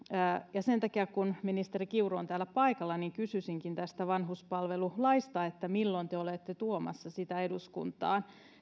sen takia kun ministeri kiuru on täällä paikalla kysyisinkin tästä vanhuspalvelulaista milloin te olette tuomassa eduskuntaan